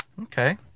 Okay